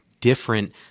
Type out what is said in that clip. different